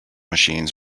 machines